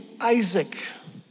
Isaac